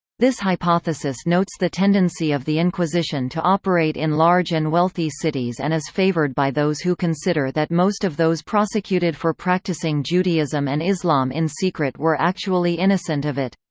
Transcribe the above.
this hypothesis notes the tendency of the inquisition to operate in large and wealthy cities and is favoured by those who consider that most of those prosecuted for practising judaism and islam in secret were actually innocent of it.